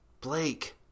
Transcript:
Blake